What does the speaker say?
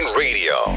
radio